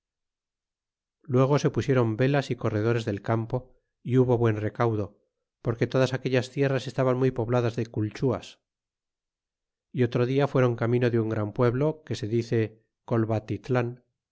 luego se pusieron velas y corredores del campo y hubo buen recaudo porque todas aquellas tierras estaban muy pobladas de cul chuas y otro dia fueron camino de un gran pueblo que se dice